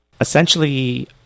Essentially